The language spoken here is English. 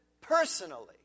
personally